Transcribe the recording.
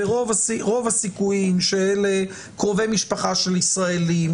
רוב הסיכויים שאלה קרובי משפחה של ישראלים,